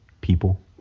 people